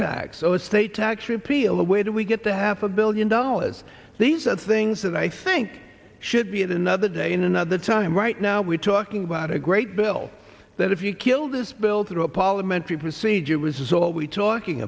tax or estate tax repeal where do we get the half a billion dollars these are things that i think should be it another day in another time right now we're talking about a great bill that if you kill this bill through a parliamentary procedure was all we talking